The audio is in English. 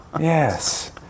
Yes